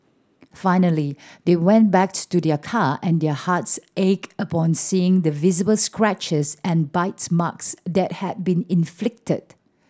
finally they went back to their car and their hearts ached upon seeing the visible scratches and bite marks that had been inflicted